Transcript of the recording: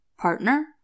Partner